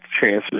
chances